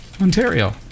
Ontario